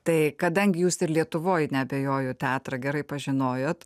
tai kadangi jūs ir lietuvoj neabejoju teatrą gerai pažinojot